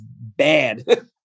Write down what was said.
bad